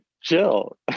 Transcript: chill